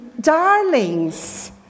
Darlings